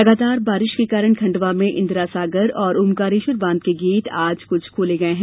लगातार बारिश के कारण खंडवा में इंदिरा सागर और ओंकारेश्वर बांध के गेट आज कुछ गेट खोले गये हैं